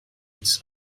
ets